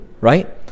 right